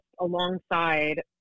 alongside